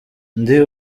ndi